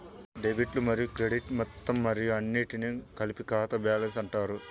డెబిట్లు మరియు క్రెడిట్లు మొత్తం మరియు అన్నింటినీ కలిపి ఖాతా బ్యాలెన్స్ అంటారు